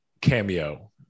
cameo